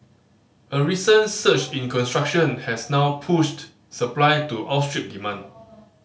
a recent surge in construction has now pushed supply to outstrip demand